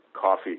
coffee